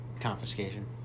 Confiscation